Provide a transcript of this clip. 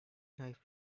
nice